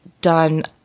done